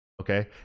Okay